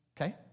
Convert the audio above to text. Okay